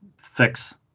fix